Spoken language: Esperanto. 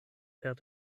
per